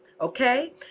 Okay